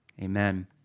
Amen